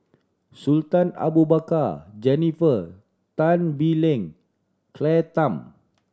Sultan Abu Bakar Jennifer Tan Bee Leng Claire Tham